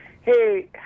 Hey